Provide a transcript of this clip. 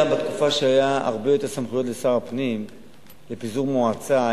גם בתקופה שהיו הרבה יותר סמכויות לשר הפנים לפיזור מועצה,